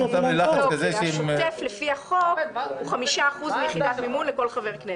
כי השוטף לפי החוק הוא 5% מיחידת מימון לכל חבר כנסת.